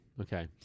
Okay